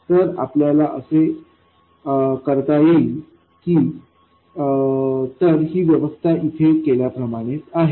तर आपल्याला हे कसे करता येईल तर ही व्यवस्था येथे केल्याप्रमाणेच आहे